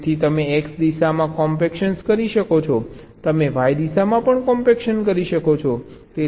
તેથી તમે X દિશામાં કોમ્પેક્શન કરી શકો છો તમે Y દિશામાં પણ કોમ્પેક્શન કરી શકો છો